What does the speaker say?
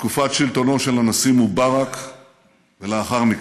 בתקופת שלטונו של הנשיא מובארק ולאחר מכן.